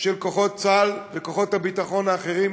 של כוחות צה"ל וכוחות הביטחון האחרים,